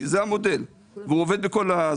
זה המודל והוא עובד בכל.